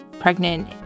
pregnant